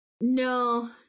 No